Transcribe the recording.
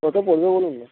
কত পড়বে বলুন না